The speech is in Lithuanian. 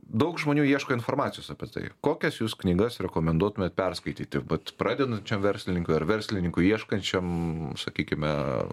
daug žmonių ieško informacijos apie tai kokias jūs knygas rekomenduotumėt perskaityti vat pradedančiam verslininkui ar verslininkui ieškančiam sakykime